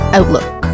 Outlook